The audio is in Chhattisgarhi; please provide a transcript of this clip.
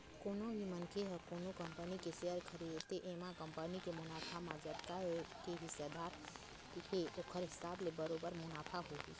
कोनो भी मनखे ह कोनो कंपनी के सेयर खरीदथे एमा कंपनी के मुनाफा म जतका के हिस्सादार हे ओखर हिसाब ले बरोबर मुनाफा होही